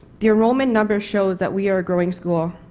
the enrollment numbers show that we are a growing school.